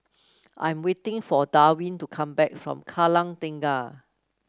I'm waiting for Darwin to come back from Kallang Tengah